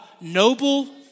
noble